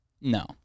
no